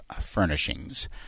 Furnishings